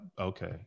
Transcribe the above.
okay